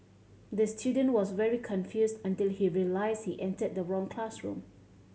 the student was very confused until he realised he entered the wrong classroom